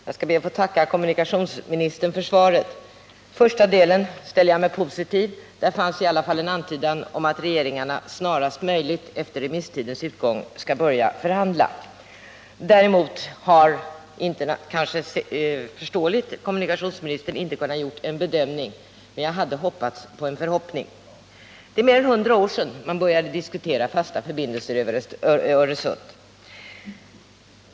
Herr talman! Jag skall be att få tacka kommunikationsministern för svaret. Till första delen ställer jag mig positiv. Där fanns i alla fall en antydan om att regeringarna snarast möjligt efter remisstidens utgång skall börja förhandla. Däremot har kommunikationsministern helt förståeligt inte kunnat göra någon bedömning, men jag hade önskat att hon skulle uttala en förhoppning. 67 Det är mer än 100 år sedan man började tala om fasta förbindelser över Öresund.